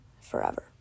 forever